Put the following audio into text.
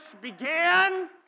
began